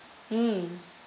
mm